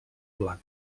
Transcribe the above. blanc